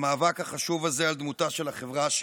במאבק החשוב הזה על דמותה של החברה שלנו.